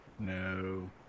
No